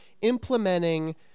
implementing